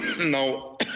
now